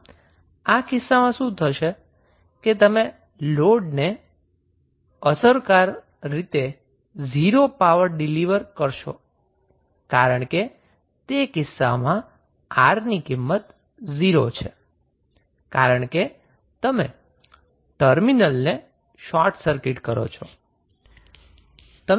આમ આ કિસ્સામાં શું થશે કે તમે લોડને અસરકાર રીતે 0 પાવર ડિલીવર કરશો કારણકે તે કિસ્સામાં R ની કિંમત 0 છે કારણ કે તમે ટર્મિનલને શોર્ટ સર્કિટ કરો છો